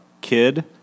kid